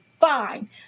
fine